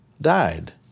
died